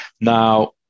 now